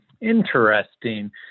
interesting